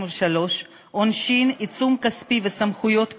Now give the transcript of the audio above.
23) (עונשין, עיצום כספי וסמכויות פיקוח),